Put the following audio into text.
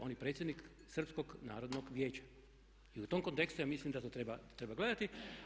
On je predsjednik Srpskog narodnog vijeća i u tom kontekstu ja mislim da to treba gledati.